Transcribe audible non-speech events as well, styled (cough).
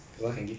(breath)